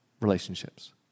relationships